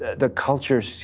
the culture so